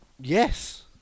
Yes